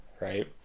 Right